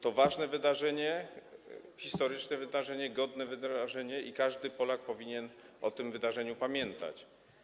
To ważne wydarzenie, historyczne wydarzenie, godne wydarzenie i każdy Polak powinien o tym wydarzeniu pamiętać.